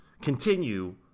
continue